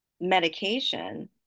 medication